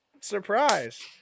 Surprise